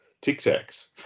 tic-tacs